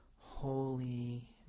holy